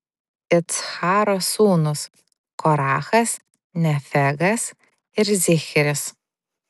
iccharo sūnūs korachas nefegas ir zichris